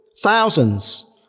Thousands